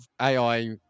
AI